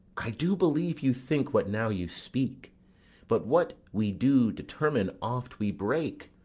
i do believe you think what now you speak but what we do determine oft we break.